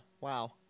Wow